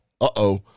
Uh-oh